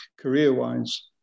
career-wise